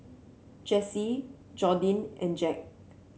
Jessee Jordyn and Jack